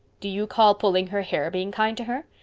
do you call pulling her hair being kind to her?